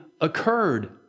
occurred